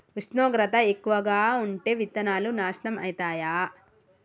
ఉష్ణోగ్రత ఎక్కువగా ఉంటే విత్తనాలు నాశనం ఐతయా?